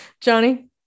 Johnny